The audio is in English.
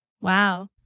Wow